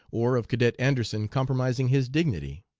or of cadet anderson compromising his dignity.